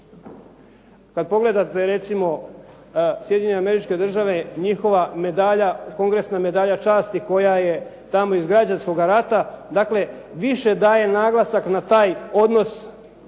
Kada pogledate recimo Sjedinjene Američke Države, njihova medalja, …/Govornik se ne razumije./… medalja časnik koja je tamo iz građanskoga rata, dakle, više daje naglasak na taj odnos